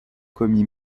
commis